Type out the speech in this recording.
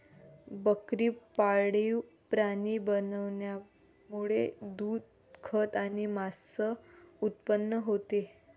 बकरी पाळीव प्राणी बनवण्यामुळे दूध, खत आणि मांस उत्पन्न होते